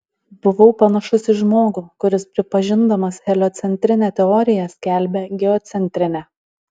buvau panašus į žmogų kuris pripažindamas heliocentrinę teoriją skelbia geocentrinę